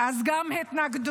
אז גם התנגדות,